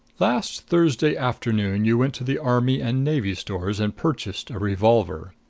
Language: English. last thursday afternoon you went to the army and navy stores and purchased a revolver.